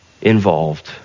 involved